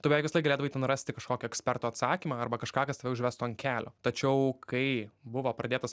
tu beveik visąlaik galėdavai ten rasti kažkokį eksperto atsakymą arba kažką kas tave užvestų ant kelio tačiau kai buvo pradėtas